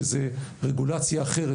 כי זו רגולציה אחרת,